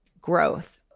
growth